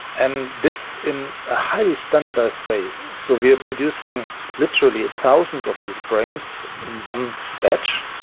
and this in a highly standardised way. so we are producing literally thousands of these brains in one batch,